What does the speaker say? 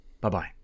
Bye-bye